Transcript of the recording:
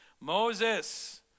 Moses